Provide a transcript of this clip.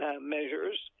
measures